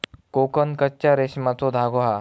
कोकन कच्च्या रेशमाचो धागो हा